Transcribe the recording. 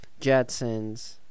Jetsons